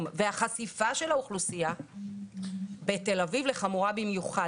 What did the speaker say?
והחשיפה של האוכלוסייה בתל אביב לחמורה במיוחד.